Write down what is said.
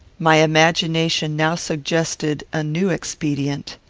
my imagination now suggested a new expedient.